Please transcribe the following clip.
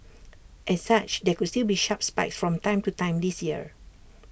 as such there could still be sharp spikes from time to time this year